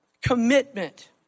Commitment